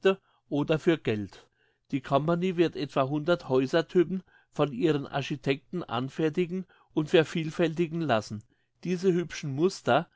oder für geld die company wird etwa hundert häusertypen von ihren architekten anfertigen und vervielfältigen lassen diese hübschen muster